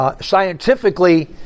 scientifically